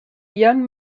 young